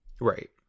right